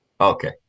okay